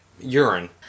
urine